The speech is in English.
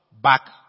back